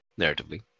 narratively